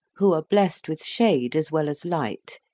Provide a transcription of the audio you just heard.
who are blessed with shade as well as light,